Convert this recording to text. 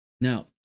Now